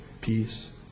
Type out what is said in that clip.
peace